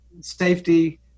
safety